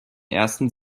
ersten